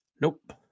nope